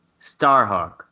Starhawk